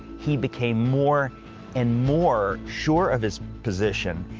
he became more and more sure of his position.